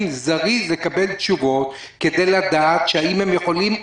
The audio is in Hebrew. זריז לקבל תשובות כדי לדעת אם הם יכולים,